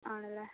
ആണല്ലേ